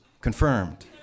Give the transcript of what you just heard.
confirmed